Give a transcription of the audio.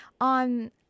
On